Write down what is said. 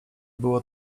było